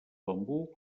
bambú